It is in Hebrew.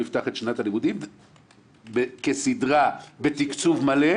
יפתח את שנת הלימודים כסדרה בתקצוב מלא,